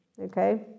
Okay